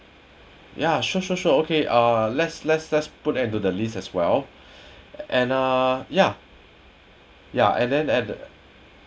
yeah sure sure sure okay uh let's let's let's put that into the list as well and ah ya ya and then add